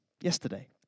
yesterday